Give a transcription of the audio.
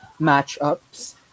matchups